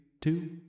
two